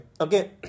Okay